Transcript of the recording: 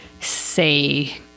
say